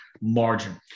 margin